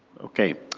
okay.